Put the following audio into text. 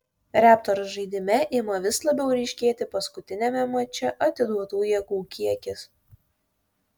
raptors žaidime ima vis labiau ryškėti paskutiniame mače atiduotų jėgų kiekis